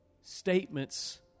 statements